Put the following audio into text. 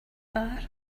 bar